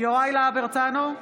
יוראי להב הרצנו,